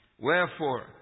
Wherefore